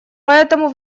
поэтому